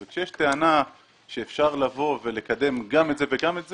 כשיש טענה שאפשר לבוא ולקדם גם את זה וגם את זה,